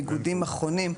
איגודים מכונים,